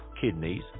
kidneys